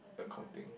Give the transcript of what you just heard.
accounting